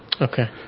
Okay